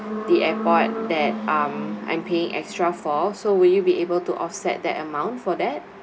the airport that um I'm paying extra for so will you be able to offset that amount for that